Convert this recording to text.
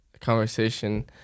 conversation